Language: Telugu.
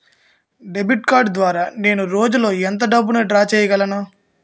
డెబిట్ కార్డ్ ద్వారా నేను రోజు లో ఎంత డబ్బును డ్రా చేయగలను?